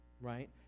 right